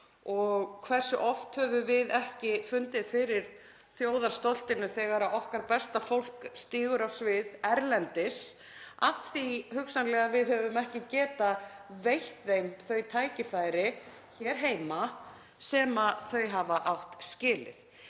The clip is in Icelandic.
Hversu oft höfum við ekki fundið fyrir þjóðarstoltinu þegar okkar besta fólk stígur á svið erlendis af því að við hugsanlega höfum ekki getað veitt því þau tækifæri hér heima sem það hefur átt skilið?